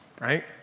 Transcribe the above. right